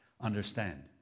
understand